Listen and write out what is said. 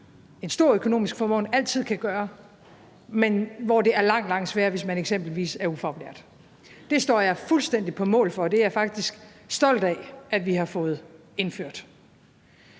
en stor økonomisk formåen, altid kan gøre, men som er noget, der er langt, langt sværere, hvis man eksempelvis er ufaglært. Det står jeg fuldstændig på mål for, og jeg er faktisk stolt af, at vi har fået indført